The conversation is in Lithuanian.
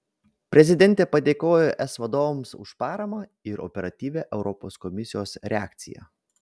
prezidentė padėkojo es vadovams už paramą ir operatyvią europos komisijos reakciją